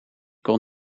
kon